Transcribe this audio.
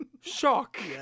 shock